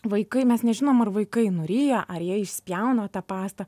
vaikai mes nežinom ar vaikai nuryja ar jie išspjauna tą pastą